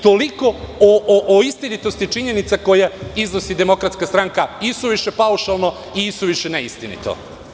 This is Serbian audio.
Toliko o istinitosti činjenica koje iznosi DS isuviše paušalno i isuviše neistinito.